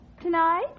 Tonight